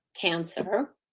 cancer